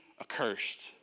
accursed